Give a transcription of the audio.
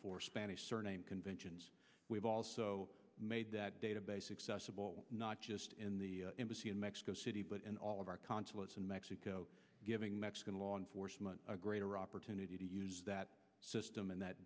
for spanish surname conventions we've also made that database not just in the embassy in mexico city but in all of our consulates in mexico giving mexican law enforcement a greater opportunity to use that system in that